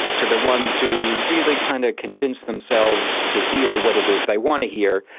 to the ones who really kind of convince themselves to hear what it is they want to hear,